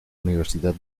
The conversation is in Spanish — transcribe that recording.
universidad